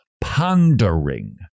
pondering